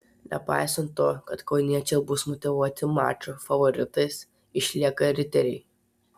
nepaisant to kad kauniečiai bus motyvuoti mačo favoritais išlieka riteriai